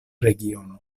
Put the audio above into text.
regiono